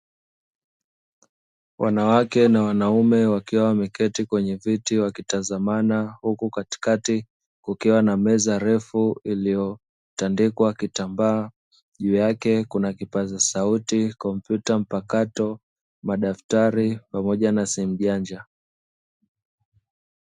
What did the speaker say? Wanawake na wanaume wakiwa wameketi kwenye viti wakitazamana, huku katikati kukiwa na meza refu iliyotandikwa kitambaa, juu yake kuna kipaza sauti, kompyuta mpakato, madaftari, pamoja na simu janja.